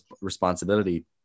responsibility